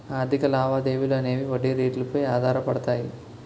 ఆర్థిక లావాదేవీలు అనేవి వడ్డీ రేట్లు పై ఆధారపడతాయి